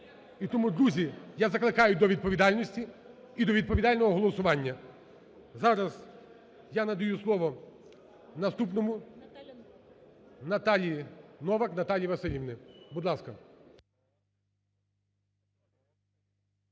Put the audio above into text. І тому, друзі, я закликаю до відповідальності і до відповідального голосування. Зараз я надаю слово наступному, Новак Наталії Василівні. Будь ласка.